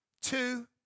two